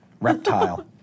reptile